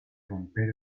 romper